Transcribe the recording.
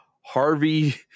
Harvey